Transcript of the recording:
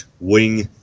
wing